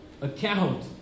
account